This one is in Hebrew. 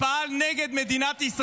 זה ארגון טרור שפעל נגד מדינת ישראל,